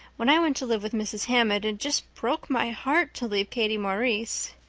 when i went to live with mrs. hammond it just broke my heart to leave katie maurice.